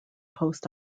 post